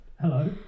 hello